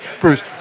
Bruce